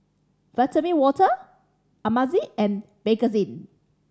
Vitamin Water Ameltz and Bakerzin